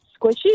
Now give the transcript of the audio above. squishy